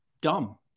dumb